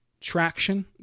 traction